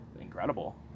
incredible